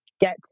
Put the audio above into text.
get